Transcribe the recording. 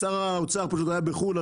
שר האוצר פשוט היה בחו"ל,